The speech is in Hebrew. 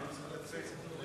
חברת הכנסת מירי רגב, לא נמצאת.